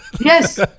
Yes